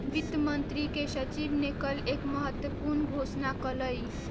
वित्त मंत्री के सचिव ने कल एक महत्वपूर्ण घोषणा कइलय